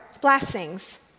blessings